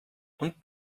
und